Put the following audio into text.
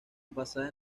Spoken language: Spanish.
basada